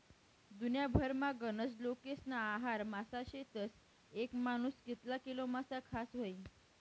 दुन्याभरमा गनज लोकेस्ना आहार मासा शेतस, येक मानूस कितला किलो मासा खास व्हयी?